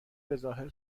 بهظاهر